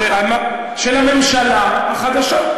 של הממשלה החדשה.